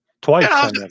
Twice